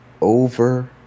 over